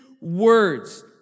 words